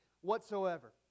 whatsoever